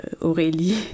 Aurélie